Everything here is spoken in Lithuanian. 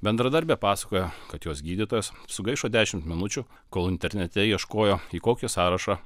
bendradarbė pasakojo kad jos gydytojas sugaišo dešimt minučių kol internete ieškojo į kokį sąrašą